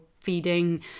feeding